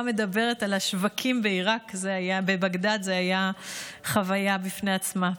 מדברת על השווקים בבגדאד היה חוויה בפני עצמה.